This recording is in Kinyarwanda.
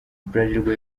bralirwa